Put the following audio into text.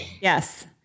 Yes